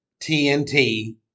TNT